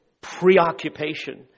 preoccupation